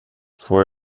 får